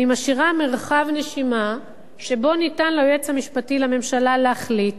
אני משאירה מרחב נשימה שבו ניתן ליועץ המשפטי לממשלה להחליט